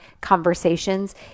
conversations